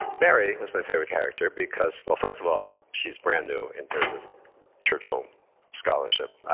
mary was my favorite character because, well, first of all, she's brand new in terms of churchill scholarship.